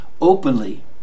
openly